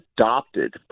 adopted